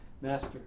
Master